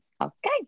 okay